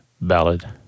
ballad